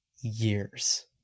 years